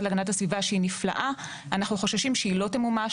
להגנת הסביבה - שהיא נפלאה - לא תמומש,